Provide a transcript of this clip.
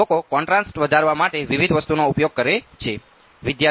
તેથી લોકો કોન્ટ્રાસ્ટ વધારવા માટે વિવિધ વસ્તુઓનો ઉપયોગ કરે છે